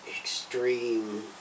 extreme